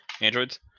Androids